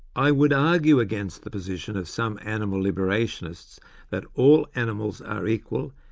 i would argue against the position of some animal liberationists that all animals are equal,